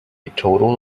total